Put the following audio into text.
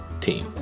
team